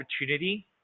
opportunity